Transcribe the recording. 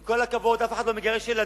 עם כל הכבוד, אף אחד לא מגרש ילדים.